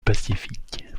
pacifique